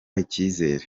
icyizere